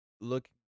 look